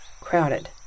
Crowded